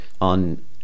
on